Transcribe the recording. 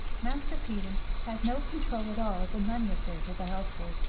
master peter had no control at all of the money affairs of the household,